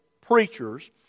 preachers